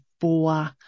four